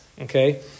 Okay